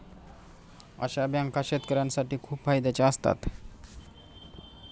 अशा बँका शेतकऱ्यांसाठी खूप फायद्याच्या असतात